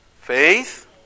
faith